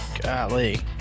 golly